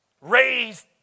raised